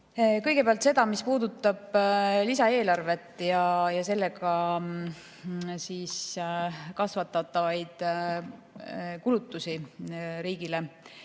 Kõigepealt sellest, mis puudutab lisaeelarvet ja sellega kasvatatavaid kulutusi riigile,